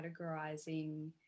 categorizing